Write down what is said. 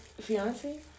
fiance